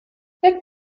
jak